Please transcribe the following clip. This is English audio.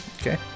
Okay